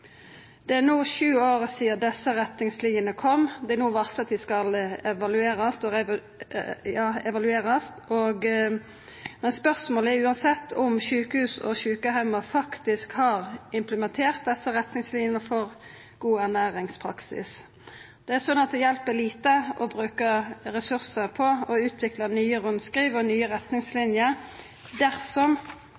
kom, og no er det varsla at dei skal evaluerast. Spørsmålet er uansett om sjukehus og sjukeheimar faktisk har implementert desse retningslinjene for god ernæringspraksis. Det hjelper lite å bruka ressursar på å utvikla nye rundskriv og nye